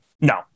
No